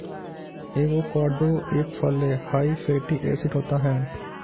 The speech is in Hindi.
एवोकाडो एक फल हैं हाई फैटी एसिड होता है